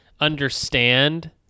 understand